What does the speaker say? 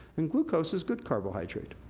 and glucose is good carbohydrate.